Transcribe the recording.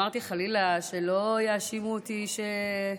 חברות הכנסת, אמרתי, שלא יאשימו אותי, חלילה,